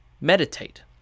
Meditate